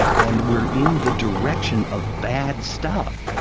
and we're in the direction of bad stuff.